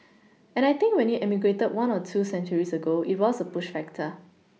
and I think when you emigrated one or two centuries ago it was a push factor